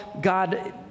God